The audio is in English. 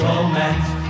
Romance